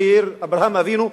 שהיא העיר של אברהם אבינו,